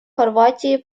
хорватии